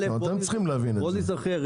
בוא ניכר.